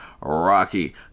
Rocky